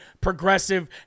progressive